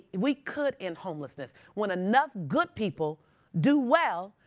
we could end homelessness. when enough good people do well,